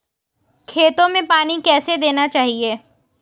खेतों में पानी कैसे देना चाहिए?